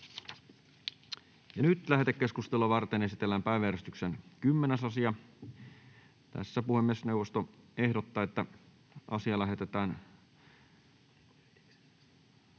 Lähetekeskustelua varten esitellään päiväjärjestyksen 10. asia. Puhemiesneuvosto ehdottaa, että asia lähetetään